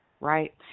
Right